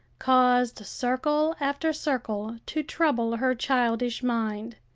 caused circle after circle to trouble her childish mind.